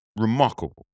remarkable